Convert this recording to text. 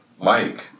Mike